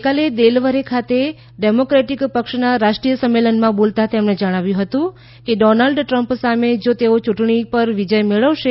ગઈકાલે દેલવરે ખાતે ડેમોક્રેટીક પક્ષના રાષ્ટ્રીય સંમેલનમાં બોલતાં તેમણે જણાવ્યું હતું કે ડોનાલ્ડ ટ્રમ્પ સામે જો તેઓ યૂંટણી વિજય મેળવશે